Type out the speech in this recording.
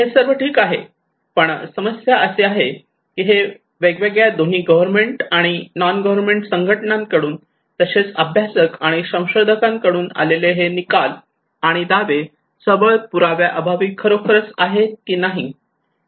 हे सर्व ठीक आहे पण समस्या अशी आहे की हे वेगवेगळ्या दोन्ही गव्हर्मेंट आणि नॉन गव्हर्मेंट संघटनांकडून तसेच अभ्यासक आणि संशोधकांकडून आलेले हे निकाल आणि दावे सबळ पुराव्याअभावी खरोखरच खरे आहेत की नाही